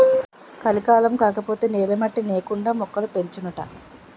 కలికాలం కాకపోతే నేల మట్టి నేకండా మొక్కలు పెంచొచ్చునాట